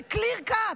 זה clear cut.